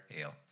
ale